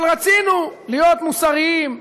אבל רצינו להיות מוסריים,